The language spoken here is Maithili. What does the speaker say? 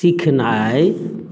सिखनाइ